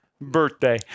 birthday